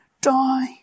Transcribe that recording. die